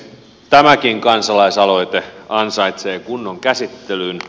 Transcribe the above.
tämäkin kansalaisaloite ansaitsee kunnon käsittelyn